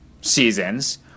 seasons